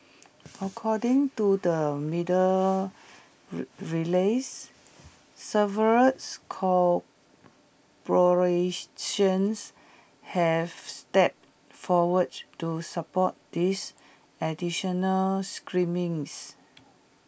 according to the media release several corporations have stepped forward to support these additional screenings